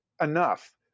enough